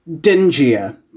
dingier